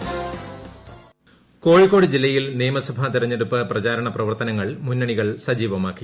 Kozhikode intro Kozhikode ജില്ലയിൽ നിയമസഭാ തെരഞ്ഞെടുപ്പ് പ്രചാരണ പ്രവർത്തനങ്ങൾ മുന്നണികൾ സജീവമാക്കി